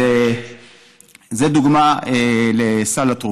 זו דוגמה לסל התרופות.